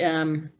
um,